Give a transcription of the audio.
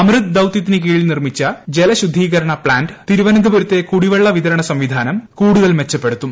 അമ്പത് ദൌത്യത്തിന് കീഴിൽ നിർമ്മിച്ച ജലശുദ്ധീകരണ പ്നാന്റ് തിരുവനന്തപുരത്തെ കുടിവെള്ള വിതരണ സംവിധാനം കൂടുതൽ മെച്ചപ്പെടുത്തും